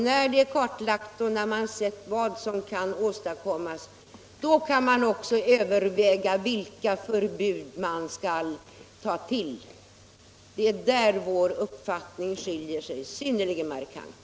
När detta är kartlagt och när man sett vad som kan åstadkommas, då kan man också överväga vilka förbud man skall ta till. Det är i det avseendet våra uppfauningar skiljer sig synnerligen markant.